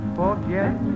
forget